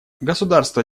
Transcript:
государства